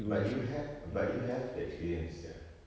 but you hav~ but you have the experience [sial]